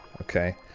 Okay